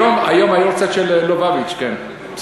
היום צד של לובביץ', כן.